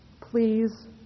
please